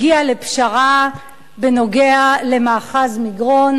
הגיע לפשרה בנוגע למאחז מגרון.